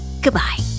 Goodbye